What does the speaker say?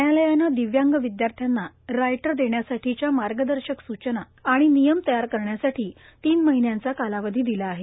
न्यायालयाने पिव्यांग विद्यार्थ्यांना रायटर पेण्यासाठीच्या मार्ग र्शक सूचना आणि नियम तयार करण्यासाठी तीन महिन्यांचा कालावधी पिला आहे